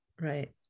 right